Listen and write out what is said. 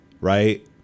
Right